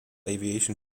aviation